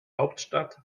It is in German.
hauptstadt